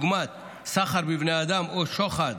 דוגמת סחר בבני אדם או שוחד